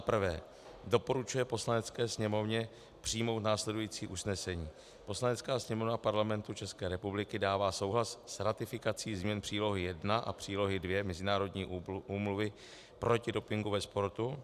I. doporučuje Poslanecké sněmovně přijmout následující usnesení: Poslanecká sněmovna Parlamentu České republiky dává souhlas s ratifikací změn Přílohy I a Přílohy II Mezinárodní úmluvy proti dopingu ve sportu;